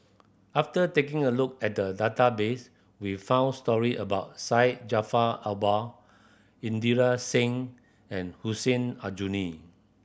after taking a look at the database we found story about Syed Jaafar Albar Inderjit Singh and Hussein Aljunied